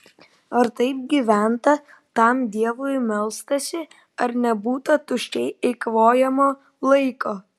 ar taip gyventa tam dievui melstasi ar nebūta tuščiai eikvojamo laiko